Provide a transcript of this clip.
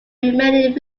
remaining